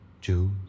Jews